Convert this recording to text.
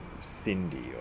Cindy